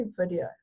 video